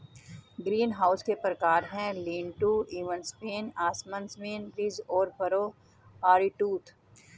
greenhouse के प्रकार है, लीन टू, इवन स्पेन, असमान स्पेन, रिज और फरो, आरीटूथ